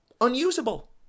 Unusable